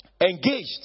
engaged